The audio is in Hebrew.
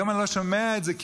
היום אני לא שומע את זה כמעט,